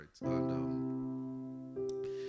right